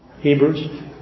Hebrews